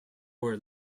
were